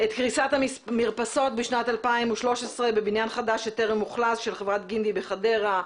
את קריסת המרפסות בשנת 2013 בבניין חדש שטרם אוכלס של חברת גינדי בחדרה,